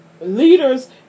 leaders